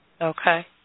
Okay